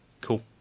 cool